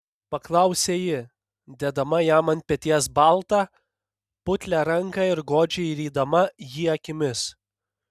paklausė ji dėdama jam ant peties baltą putlią ranką ir godžiai rydama jį akimis